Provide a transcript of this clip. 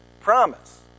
promise